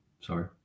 Sorry